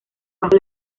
bajo